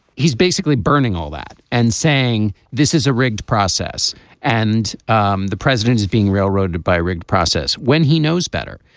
he's basically burning all that and saying this is a rigged process and um the president is being railroaded by a rigged process when he knows better.